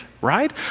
right